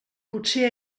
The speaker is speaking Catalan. potser